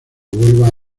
vuelva